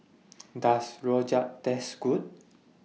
Does Rojak Taste Good